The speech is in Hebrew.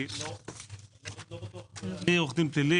כי אני עורך דין פלילי,